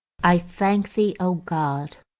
i thank thee, o god!